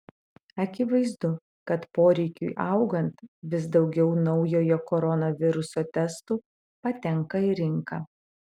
akivaizdu kad poreikiui augant vis daugiau naujojo koronaviruso testų patenka į rinką